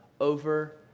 over